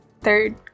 Third